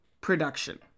production